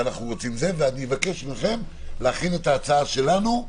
ואבקש מכם להכין את ההצעה שלנו.